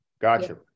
Gotcha